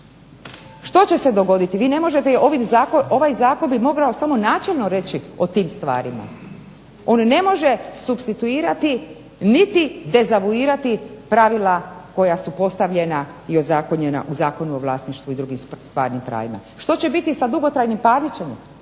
ovim zakonom, ovaj zakon bi mogao samo načelno reći o tim stvarima. On ne može supstituirati niti dezavuirati pravila koja su postavljena i ozakonjena u Zakonu o vlasništvu i drugim stvarni pravima. Što će biti sa dugotrajnim parničenjem?